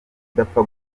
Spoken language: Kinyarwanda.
udapfa